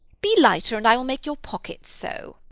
be lighter, and i will make your pockets so.